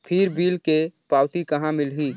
फिर बिल के पावती कहा मिलही?